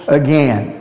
again